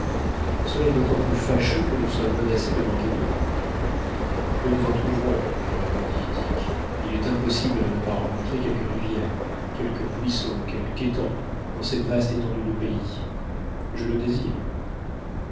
cela est d'autant plus fâcheux que nous sommes menacés de manquer d'eau mais nous en trouverons répondit dick il est impossible de ne pas rencontrer quelque rivière quelque ruisseau quelque étang dans cette vaste étendue de pays je le désire